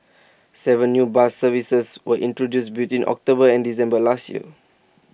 Seven new bus services were introduced between October and December last year